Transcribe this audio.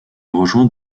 rejoint